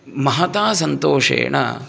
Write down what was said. महता सन्तोषेण